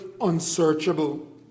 unsearchable